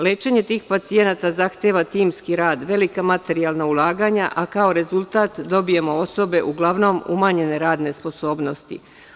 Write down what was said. Lečenje tih pacijenata zahteva timski rad, velika materijalna ulaganja, a kao rezultat dobijemo osobe uglavnom umanjene radne sposobnosti.